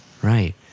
Right